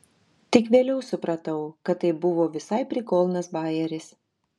tik vėliau supratau kad tai buvo visai prikolnas bajeris